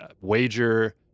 wager